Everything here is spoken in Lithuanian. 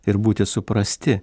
ir būti suprasti